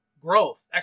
growth